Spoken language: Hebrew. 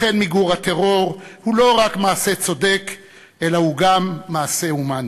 לכן מיגון הטרור הוא לא רק מעשה צודק אלא הוא גם מעשה הומני.